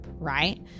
Right